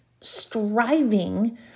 striving